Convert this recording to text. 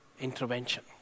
intervention